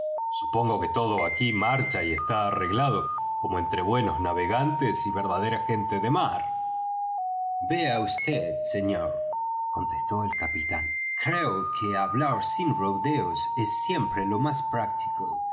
supongo que todo aquí marcha y está arreglado como entre buenos navegantes y verdadera gente de mar vea vd señor contestó el capitán creo que hablar sin rodeos es siempre lo más práctico